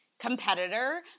competitor